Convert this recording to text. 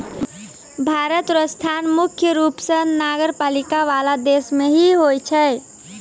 भारत र स्थान मुख्य रूप स नगरपालिका वाला देश मे ही होय छै